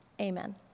Amen